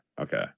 okay